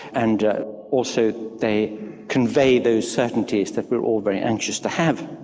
and also they convey those certainties that we're all very anxious to have.